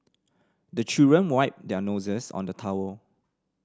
the children wipe their noses on the towel